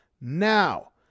now